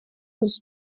was